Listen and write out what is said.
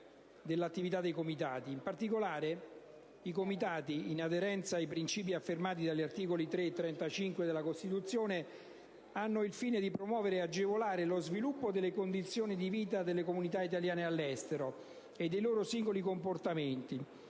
In particolare, i Comitati, in aderenza ai principi affermati dagli articoli 3 e 35 della Costituzione, hanno il fine di promuovere e agevolare lo sviluppo delle condizioni di vita delle comunità italiane all'estero e dei loro singoli componenti,